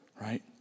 Right